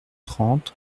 trente